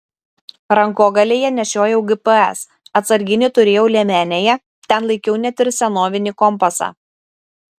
rankogalyje nešiojau gps atsarginį turėjau liemenėje ten laikiau net ir senovinį kompasą